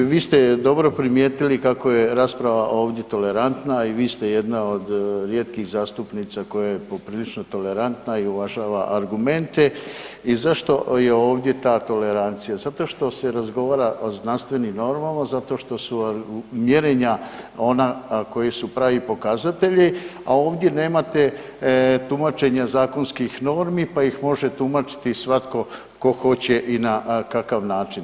I vi ste dobro primijetili kako je rasprava ovdje tolerantna i vi ste jedna od rijetkih zastupnica koja je poprilično tolerantna i uvažava argumente i zašto je ovdje ta tolerancija, zato što se razgovara o znanstvenim normama, zato što su mjerenja ona koja su pravi pokazatelji a ovdje nemate tumačenje zakonski normi pa ih može tumačiti svatko tko hoće i na kakav način.